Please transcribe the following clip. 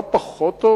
לא פחות טוב,